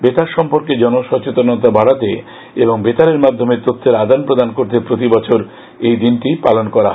বেতার সম্পর্কে জন সচেতনতা বাডাতে এবং বেতারের মাধ্যমে তথ্যের আদান প্রদান করতে প্রতি বছর এই দিনটি পালন করা হয়